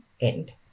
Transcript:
end